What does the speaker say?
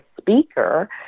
speaker